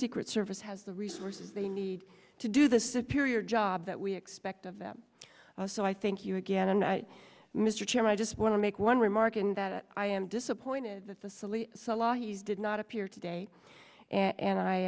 secret service has the resources they need to do the superior job that we expect of them so i thank you again and mr chairman i just want to make one remark in that i am disappointed that the silly salas did not appear today and i